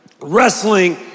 wrestling